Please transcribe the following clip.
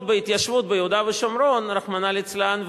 בהתיישבות ביהודה ושומרון רחמנא ליצלן,